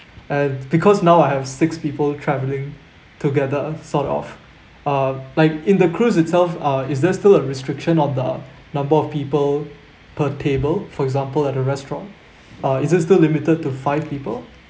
and because now I have six people travelling together sort of uh like in the cruise itself uh is there still a restriction of the number of people per table for example at a restaurant uh is it still limited to five people